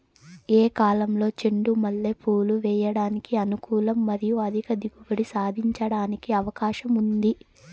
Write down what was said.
ఏ కాలంలో చెండు మల్లె పూలు వేయడానికి అనుకూలం మరియు అధిక దిగుబడి సాధించడానికి అవకాశం ఉంది?